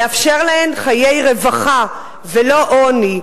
לאפשר להן חיי רווחה ולא עוני,